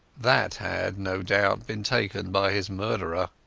that had no doubt been taken by his murderer.